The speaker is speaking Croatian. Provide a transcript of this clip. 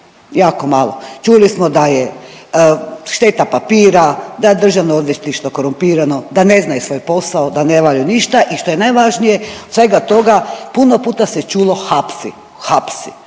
Jako malo. Čuli smo da je šteta papira, da je državno odvjetništvo korumpirano, da ne znaju svoj posao, da ne valjaju ništa i što je najvažnije, od svega toga puno puta se čulo hapsi. Hapsi.